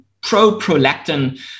pro-prolactin